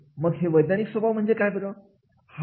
मग हे वैज्ञानिक स्वभाव म्हणजे काय बरं